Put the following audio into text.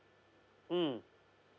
mm